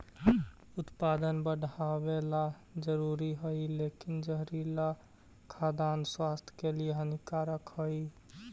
उत्पादन बढ़ावेला जरूरी हइ लेकिन जहरीला खाद्यान्न स्वास्थ्य के लिए हानिकारक हइ